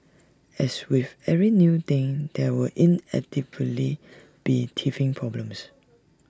as with every new thing there will inevitably be teething problems